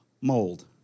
mold